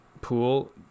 pool